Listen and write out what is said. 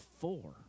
four